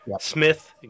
Smith